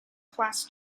class